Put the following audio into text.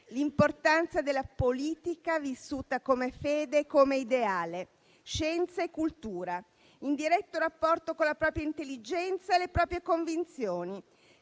l'importanza della politica vissuta come fede e come ideale, scienza e cultura, in diretto rapporto con la propria intelligenza e le proprie convinzioni,